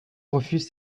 refuse